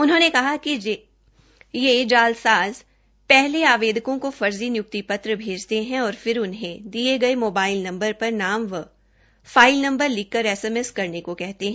उन्होंने कहा कि ये जालसाज़ पहले आवेदकों को फर्जी नियुक्ति पत्र भेजते है और फिर उन्हें दिये गये मोबाइल नंबर पर नाम व फाइल नंबर लिखकर एसएमएस करने को कहते है